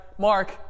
Mark